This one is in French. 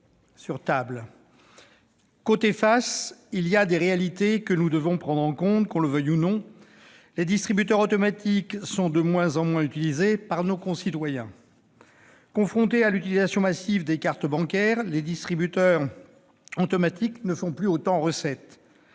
sur table. Côté face, nous devons prendre en compte certaines réalités, qu'on le veuille ou non : les distributeurs automatiques sont de moins en moins utilisés par nos concitoyens. Confrontés à l'utilisation massive des cartes bancaires, les distributeurs automatiques ne font plus autant recette.